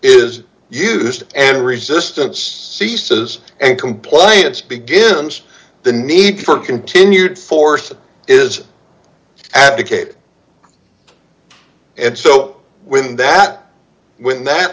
is used and resistance ceases and compliance begins the need for continued force is advocate and so when that when that